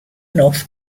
north